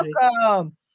Welcome